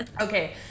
Okay